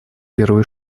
первый